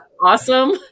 awesome